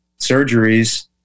surgeries